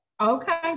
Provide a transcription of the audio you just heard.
Okay